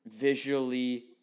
visually